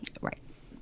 Right